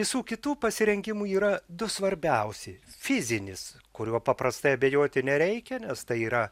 visų kitų pasirinkimų yra du svarbiausi fizinis kuriuo paprastai abejoti nereikia nes tai yra